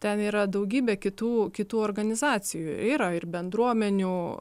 ten yra daugybė kitų kitų organizacijų yra ir bendruomenių